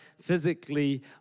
physically